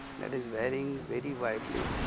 that is varying very widely,